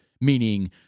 Meaning